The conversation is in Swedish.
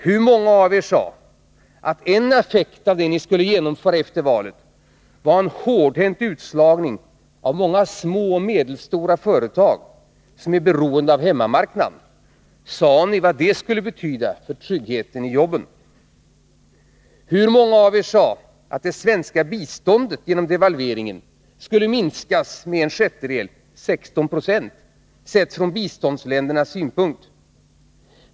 Hur många av er sade att en effekt av det ni skulle genomföra efter valet var en hårdhänt utslagning av många små och medelstora företag som är beroende av hemmamarknaden? Sade ni vad det skulle betyda för tryggheten i jobben? Hur många av er sade att det svenska biståndet genom devalveringen skulle minskas med en sjättedel — 16 70 — sett från biståndsländernas synpunkt?